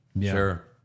Sure